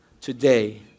today